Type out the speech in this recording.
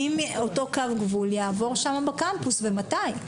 אותו קו גבול יעבור שם בקמפוס ומתי.